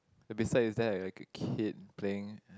besides there like a kid thing